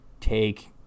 take